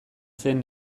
zen